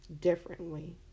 differently